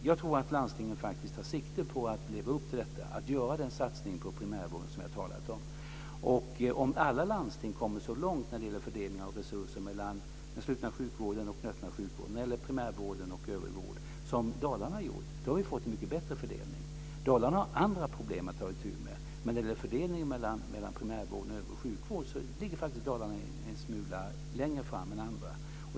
Jag tror att landstingen tar sikte på att leva upp till den satsning på primärvården som jag talat om. Om alla landsting hade kommit så långt när det gäller fördelning av resurser mellan primärvården och övrig vård som landstinget i Dalarna har gjort, hade det blivit en mycket bättre fördelning. I Dalarna har de andra problem att ta itu med, men när det gäller fördelningen mellan primärvården och övrig sjukvård ligger Dalarna faktiskt en smula längre fram än andra.